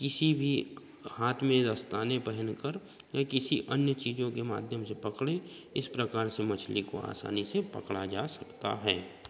किसी भी हाँथ में दस्ताने पहन कर किसी अन्य चीज़ों के माध्यम से पकड़ें इस प्रकार से मछली को आसानी से पकड़ा जा सकता है